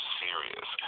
serious